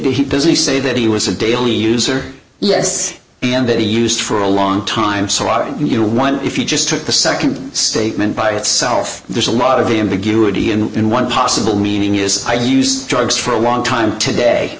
he does he say that he was a daily user yes and that he used for a long time so i mean you know one if you just took the second statement by itself there's a lot of the ambiguity and one possible meaning is i used drugs for a long time today